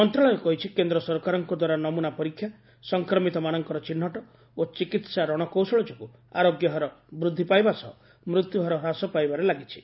ମନ୍ତ୍ରଣାଳୟ କହିଛି କେନ୍ଦ୍ର ସରକାରଙ୍କ ଦ୍ୱାରା ନମୁନା ପରୀକ୍ଷା ସଂକ୍ରମିତମାନଙ୍କର ଚିହ୍ନଟ ଓ ଚିକିତ୍ସା ରଣକୌଶଳ ଯୋଗୁଁ ଆରୋଗ୍ୟ ହାର ବୃଦ୍ଧି ପାଇବା ସହ ମୃତ୍ୟୁହାର ହ୍ରାସ ପାଇବାରେ ଲାଗିଛି